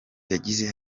yagize